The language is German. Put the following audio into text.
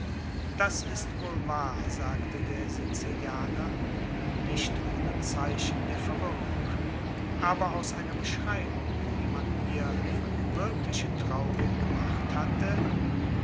das ist wohl wahr sagte der sizilianer nicht ohne zeichen der verwirrung aber aus einer beschreibung die man mir von dem wirklichen trauring gemacht hatte